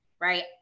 right